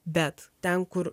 bet ten kur